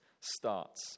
starts